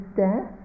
death